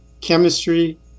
chemistry